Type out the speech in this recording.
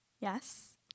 Yes